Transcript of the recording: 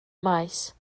maes